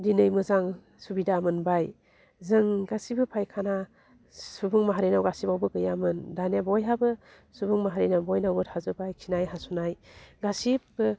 दिनै मोजां सुबिदा मोनबाय जों गासिबो फायखाना सुबुं माहारिनाव गासिबावबो गैयामोन दानिया बयहाबो सुबुं माहारिनाव बयनावबो थाजोब्बाय खिनाय हासुनाय गासिब्बो